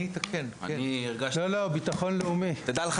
לא, לא, אני אתקן (צוחק אל חבר הכנסת נאור שירי).